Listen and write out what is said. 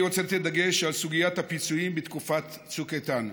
אני רוצה להדגיש את סוגיית הפיצויים בתקופת צוק איתן.